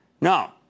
No